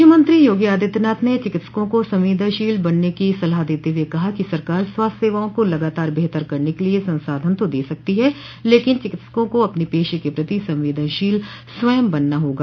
मुख्यमंत्री योगी आदित्यनाथ ने न चिकित्सकों को संवेदनशील बनने की सलाह देते हुए कहा है कि सरकार स्वास्थ्य सेवाओं को लगातार बेहतर करने के लिये संसाधन तो दे सकती है लेकिन चिकित्सकों को अपने पेशे के प्रति संवेदनशील स्वयं बनना होगा